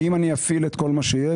כי אם אני אפעיל את כל מה שיש,